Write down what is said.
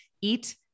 eat